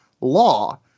law